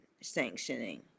sanctioning